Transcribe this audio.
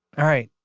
alright,